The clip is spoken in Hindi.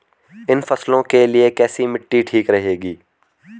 इन फसलों के लिए कैसी मिट्टी ठीक रहेगी?